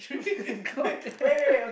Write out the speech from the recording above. god damn